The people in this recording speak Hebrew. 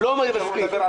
כי הוא מדבר על המגזר.